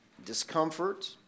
discomfort